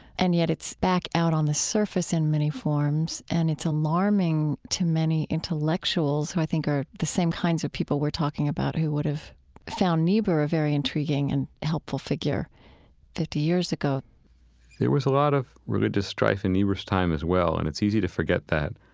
and yet it's back out on the surface in many forms. and it's alarming to many intellectuals who, i think, are the same kinds of people we're talking about who would have found niebuhr a very intriguing and helpful figure fifty years ago there was a lot of religious strife in niebuhr's time as well. and it's easy to forget that,